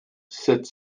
sept